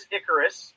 Icarus